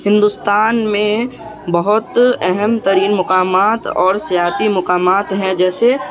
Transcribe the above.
ہندوستان میں بہت اہم ترین مقامات اور سیاحتی مقامات ہیں جیسے